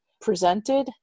presented